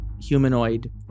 humanoid